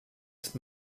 ist